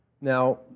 Now